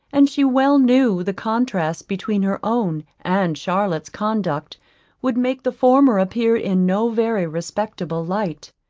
and she well knew the contrast between her own and charlotte's conduct would make the former appear in no very respectable light.